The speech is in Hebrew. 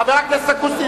חבר הכנסת אקוניס.